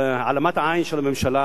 העלמת העין של הממשלה,